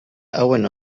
hauen